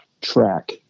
track